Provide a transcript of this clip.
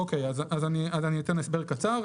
אוקיי, אתן הסבר קצר.